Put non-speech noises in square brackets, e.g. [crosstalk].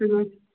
[unintelligible]